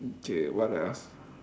okay what else